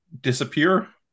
disappear